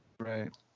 Right